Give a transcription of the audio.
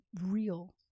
real